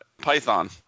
Python